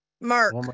mark